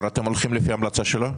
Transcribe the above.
אבל אתם הולכים לפי המלצה שלו?